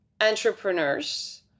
entrepreneurs